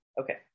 Okay